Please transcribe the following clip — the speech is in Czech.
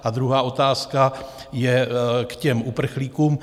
A druhá otázka je k těm uprchlíkům.